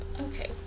Okay